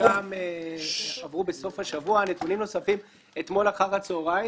חלקם עברו בסוף השבוע ונתונים נוספים אתמול אחר הצוהריים.